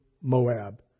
Moab